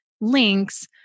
links